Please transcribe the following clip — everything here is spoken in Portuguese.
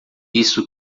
isso